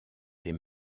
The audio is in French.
des